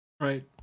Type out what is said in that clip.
Right